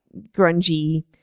grungy